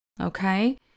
okay